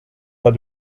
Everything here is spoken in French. pas